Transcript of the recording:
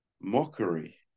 mockery